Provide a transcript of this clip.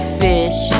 fish